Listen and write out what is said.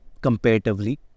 comparatively